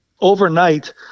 overnight